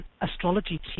astrology